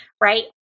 Right